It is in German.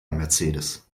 mercedes